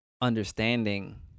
understanding